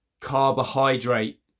carbohydrate